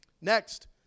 Next